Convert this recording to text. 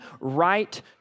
right